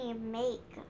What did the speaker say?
make